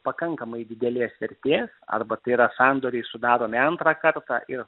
pakankamai didelės vertės arba tai yra sandoriai sudaromi antrą kartą ir